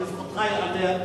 לזכותך ייאמר,